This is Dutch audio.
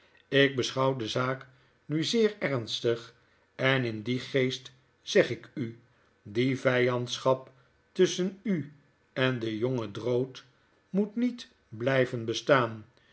ik beschouw de zaak nu zeer ernstig en in dien geest zeg ik u die vijandschap tusschen u en den jongen droodmoetnietblijvenbestaan nu